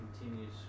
continues